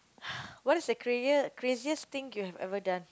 what is the craziest thing you have ever done